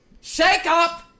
Shake-up